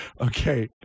Okay